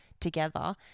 together